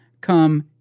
Come